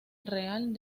real